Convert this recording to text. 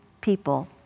people